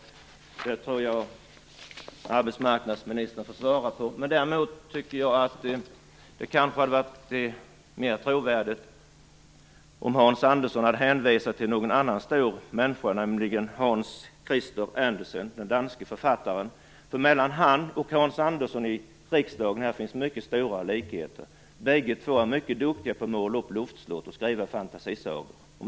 Däremot tycker jag att det kanske hade varit mer trovärdigt om Hans Andersson hade hänvisat till någon annan stor människa, nämligen Mellan honom och Hans Andersson i riksdagen finns mycket stora likheter. Bägge två är mycket duktiga på att måla upp luftslott och skriva fantasisagor.